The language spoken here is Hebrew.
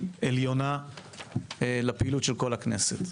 עליונה לפעילות של כל הכנסת.